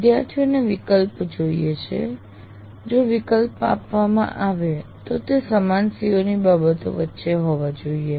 વિદ્યાર્થીઓને વિકલ્પ જોઈએ છે જો વિકલ્પ આપવામાં આવે તો તે સમાન CO ની બાબતો વચ્ચે હોવી જોઈએ